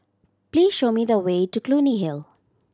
please show me the way to Clunny Hill